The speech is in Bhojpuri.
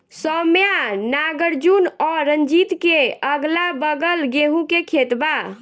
सौम्या नागार्जुन और रंजीत के अगलाबगल गेंहू के खेत बा